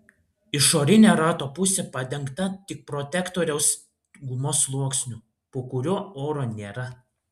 išorinė rato pusė padengta tik protektoriaus gumos sluoksniu po kuriuo oro nėra